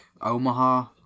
Omaha